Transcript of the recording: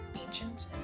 ancient